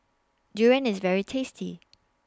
Durian IS very tasty